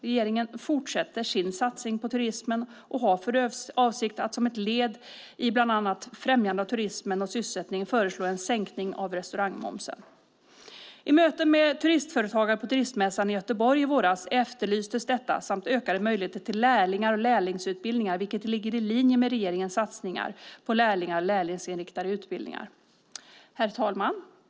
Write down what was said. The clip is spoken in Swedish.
Regeringen fortsätter sin satsning på turismen och har för avsikt att, som ett led i att bland annat främja turismen och sysselsättningen, föreslå en sänkning av restaurangmomsen. I möten med turistföretagen på turistmässan i Göteborg i våras efterlystes detta samt ökade möjligheter till lärlingar och lärlingsutbildningar vilket ligger i linje med regeringens satsningar på lärlingar och lärlingsinriktade utbildningar. Herr talman!